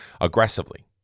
aggressively